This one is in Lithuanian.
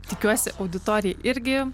tikiuosi auditorijai irgi